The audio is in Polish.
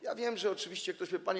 Ja wiem, że oczywiście ktoś mi.